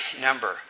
number